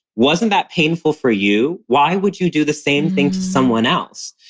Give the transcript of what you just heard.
wasn't that painful for you? why would you do the same thing to someone else?